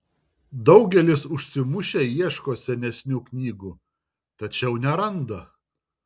daugelis užsimušę ieško senesnių knygų tačiau neranda